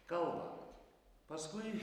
kalbą paskui